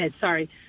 Sorry